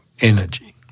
energy